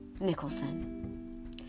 Nicholson